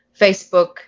Facebook